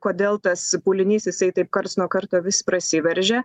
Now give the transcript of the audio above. kodėl tas pūlinys jisai taip karts nuo karto vis prasiveržia